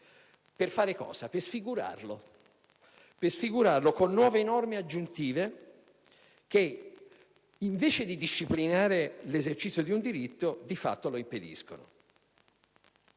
di diritto per sfigurarlo con nuove norme aggiuntive, che, anziché disciplinare l'esercizio di un diritto, di fatto lo impediscono.